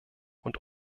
und